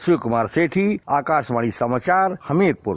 शिवकुमार सेठी आकाशवाणी समाचार हमीरपुर